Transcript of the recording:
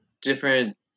different